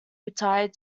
retired